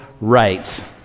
right